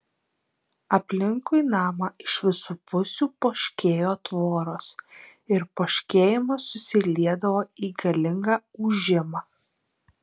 aplinkui namą iš visų pusių poškėjo tvoros ir poškėjimas susiliedavo į galingą ūžimą